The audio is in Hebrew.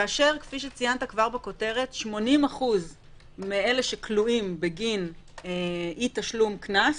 וכמו שאמרת ונאמר בכותרת 80% מאלה שכלואים בגין אי תשלום קנס,